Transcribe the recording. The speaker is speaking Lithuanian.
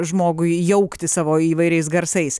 žmogui jaukti savo įvairiais garsais